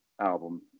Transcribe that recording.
album